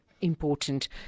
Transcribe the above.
important